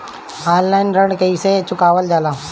Online ऋण कईसे चुकावल जाला?